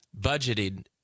budgeted